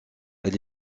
elle